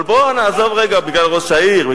אבל בוא נעזוב רגע, בגלל ראש העיר.